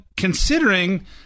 Considering